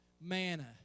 manna